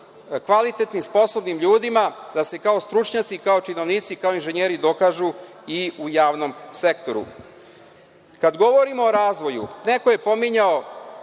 kvalitetnim sposobnim ljudima da se kao stručnjaci, kao činovnici, kao inženjeri dokažu i u javnom sektoru. Kada govorimo o razvoju neko je pominjao